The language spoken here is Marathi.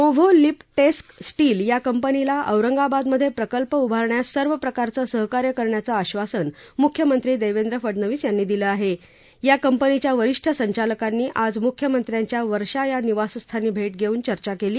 नोव्हो लिप टेस्क स्टिल या कंपनीला औरंगाबादमध्ये प्रकल्प उभारण्यास सर्व प्रकारचं सहकार्य करण्याचं आश्वासन मुख्यमंत्री देवेंद्र फडणवीस यांनी दिलं आहे या कंपनीच्या वरिष्ठ संचालकांनी आज मुख्यमंत्र्यांच्या वर्षा या निवासस्थानी भेट घेऊन चर्चा केली